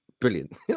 brilliant